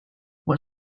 what